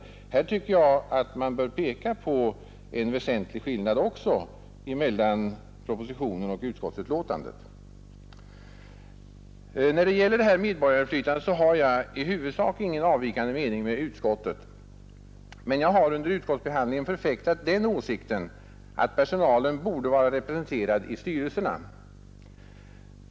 Här bör man också peka på en annan väsentlig skillnad mellan propositionen och utskottsbetänkandet. Beträffande medborgarinflytandet har jag i huvudsak ingen från utskottet avvikande mening, men jag har under utskottsbehandlingen förfäktat den åsikten att personalen borde vara representerad i styrelsen.